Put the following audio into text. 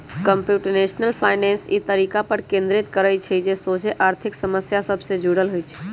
computational finance इ तरीका पर केन्द्रित करइ छइ जे सोझे आर्थिक समस्या सभ से जुड़ल होइ छइ